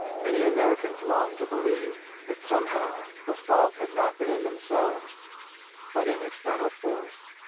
many americans longed to believe that somehow the fault had not been in themselves but in external force.